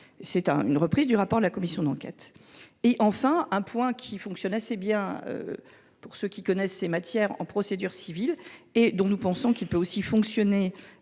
sur le rapport de la commission d’enquête. Enfin, point qui fonctionne assez bien pour ceux qui connaissent ces matières en procédure civile et dont nous pensons qu’il peut aussi fonctionner